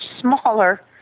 smaller